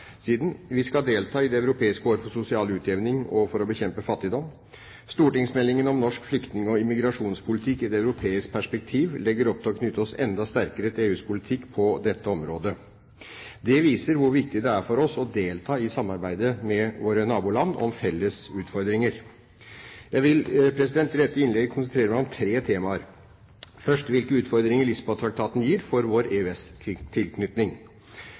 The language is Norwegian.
Vi skal delta i det europeiske år for sosial utjevning og bekjempelse av fattigdom, og stortingsmeldingen om norsk flyktning- og migrasjonspolitikk i et europeisk perspektiv legger opp til å knytte oss enda sterkere til EUs politikk på dette området. Det viser hvor viktig det er for oss å delta i samarbeidet med våre naboland om felles utfordringer. Jeg vil i dette innlegget konsentrere meg om tre temaer, først hvilke utfordringer Lisboa-traktaten gir for vår